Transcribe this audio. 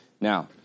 Now